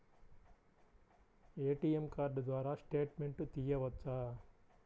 ATM card ద్వారా statement తీయవచ్చా?